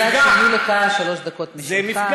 אני יודעת שהיו לך שלוש דקות משלך,